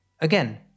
Again